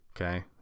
okay